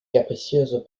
capricieuses